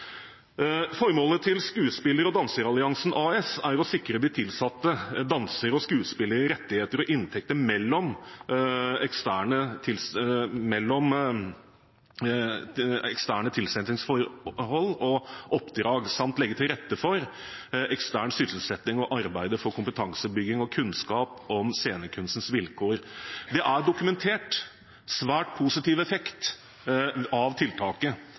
Formålet til Skuespiller- og danseralliansen AS er å sikre de tilsatte dansere og skuespillere rettigheter og inntekter mellom eksterne tilsettingsforhold og oppdrag samt legge til rette for ekstern sysselsetting og arbeide for kompetansebygging og kunnskap om scenekunstens vilkår. Det er dokumentert svært positiv effekt av tiltaket.